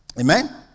Amen